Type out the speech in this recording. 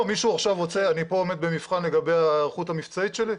אני פה עומד במבחן לגבי ההיערכות המבצעית שלי?